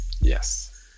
Yes